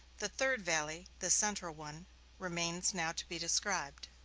the third valley the central one remains now to be described.